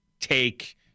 take